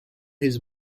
his